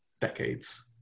decades